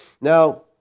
Now